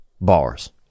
bars